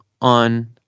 on